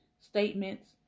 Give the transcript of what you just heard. statements